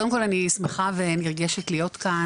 קודם כל אני שמחה ונרגשת להיות כאן,